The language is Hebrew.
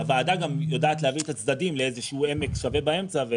הוועדה גם יודעת להביא את הצדדים לאיזשהו עמק שווה באמצע.